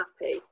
happy